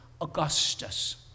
Augustus